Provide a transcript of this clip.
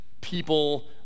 people